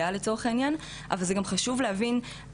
זה יכול להיות גם איזו שהיא רוח שטות של ילדים.